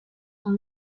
dans